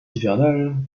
hivernale